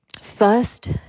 first